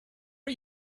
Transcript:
are